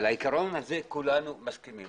על העיקרון כולנו מסכימים.